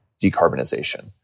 decarbonization